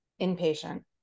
inpatient